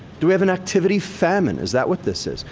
do we have an activity famine? is that what this is?